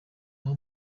aho